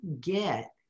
get